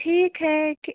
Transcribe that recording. ठीक है ठी